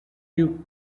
duke